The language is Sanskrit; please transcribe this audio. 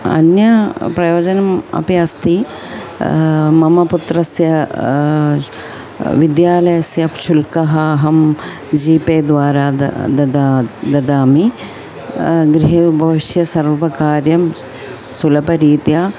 अन्यप्रयोजनम् अपि अस्ति मम पुत्रस्य विद्यालयस्य शुल्कः अहं जिपे द्वारा द ददामि ददामि गृहे उपविश्य सर्वकार्यं सुलभरीत्या